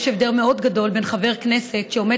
יש הבדל מאוד גדול בין חבר כנסת שעומד